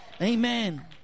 Amen